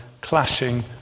clashing